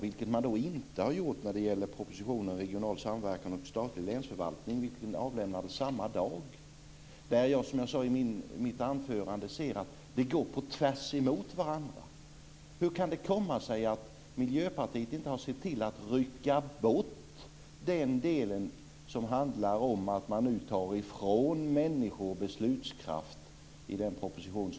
Det har man inte gjort när det gäller propositionen Regional samverkan och statlig länsförvaltning, vilken avlämnades samma dag. Där ser jag, som jag sade i mitt anförande, att det går på tvärs mot varandra. Hur kan det komma sig att Miljöpartiet inte har sett till att rycka bort den del som handlar om att man tar ifrån människor beslutskraft i denna proposition?